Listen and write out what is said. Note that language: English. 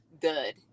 good